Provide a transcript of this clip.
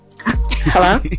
Hello